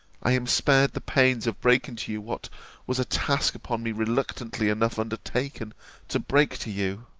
i am spared the pains of breaking to you what was a task upon me reluctantly enough undertaken to break to you.